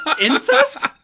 Incest